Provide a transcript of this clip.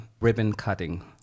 ribbon-cutting